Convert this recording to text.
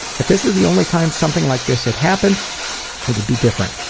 if this was the only time something like this had happened it would be different,